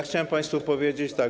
Chciałem państwu powiedzieć tak.